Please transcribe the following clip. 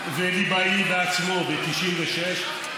בחוק שיש בו גם ערכים,